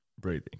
breathing